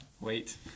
Wait